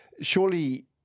Surely